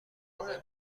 منتظر